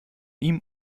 ihm